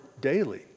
daily